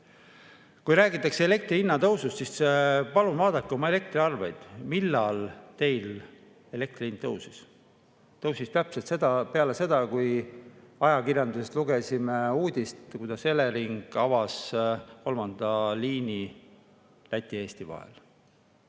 Räägitakse elektri hinna tõusust. Palun vaadake oma elektriarveid, millal teil elektri hind tõusis. Tõusis täpselt peale seda, kui ajakirjandusest lugesime uudist, et Elering avas kolmanda liini Läti ja Eesti vahel.